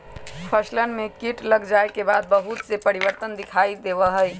फसलवन में कीट लग जाये के बाद बहुत से परिवर्तन दिखाई देवा हई